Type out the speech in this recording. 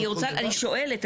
אני רוצה, אני שואלת.